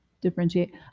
differentiate